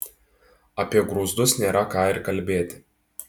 apie grūzdus nėra ką ir kalbėti